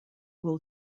will